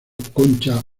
concha